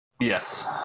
Yes